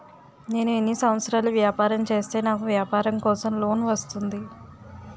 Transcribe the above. నేను ఎన్ని సంవత్సరాలు వ్యాపారం చేస్తే నాకు వ్యాపారం కోసం లోన్ వస్తుంది?